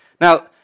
now